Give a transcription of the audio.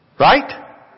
Right